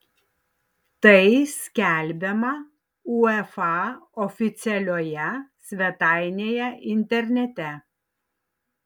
tai skelbiama uefa oficialioje svetainėje internete